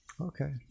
Okay